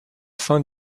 fin